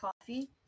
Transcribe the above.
coffee